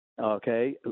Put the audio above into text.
okay